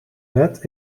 wet